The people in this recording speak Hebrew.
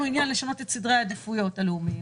עניין לשנות את סדרי העדיפויות הלאומיים.